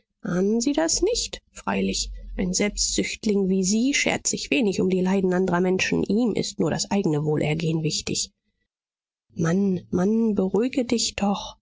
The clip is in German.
ahnen sie das nicht freilich ein selbstsüchtling wie sie schert sich wenig um die leiden andrer menschen ihm ist nur das eigne wohlergehen wichtig mann mann beruhige dich doch